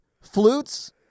flutes